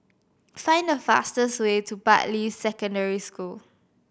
find the fastest way to Bartley Secondary School